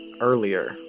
earlier